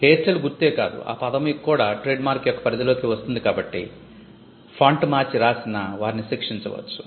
Airtel గుర్తే కాదు ఆ పదం కూడా ట్రేడ్మార్క్ యొక్క పరిధిలోనికే వస్తుంది కాబట్టి ఫాంట్ మార్చి రాసినా వారిని శిక్షించవచ్చు